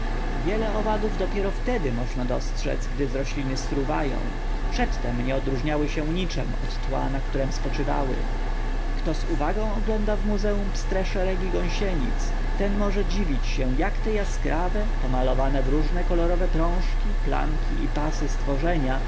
wiele owadów dopiero wtedy można dostrzedz gdy z rośliny sfruwają przedtem nie odróżniały się niczem od tła na którem spoczywały kto z uwagą ogląda w muzeum pstre szeregi gąsienic ten może dziwić się jak te jaskrawe pomalowane w różne kolorowe prążki plamki i pasy stworzenia